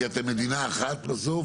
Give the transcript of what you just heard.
כי אתם מדינה אחת בסוף